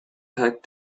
pack